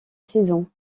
saison